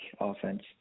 offense